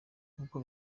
nk’uko